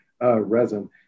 resin